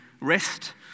rest